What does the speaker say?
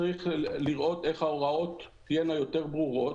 צריך לראות איך ההוראות תהיינה יותר ברורות,